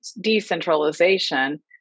decentralization